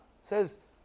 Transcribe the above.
says